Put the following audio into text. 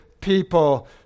people